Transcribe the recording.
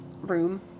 room